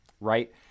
Right